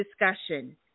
discussion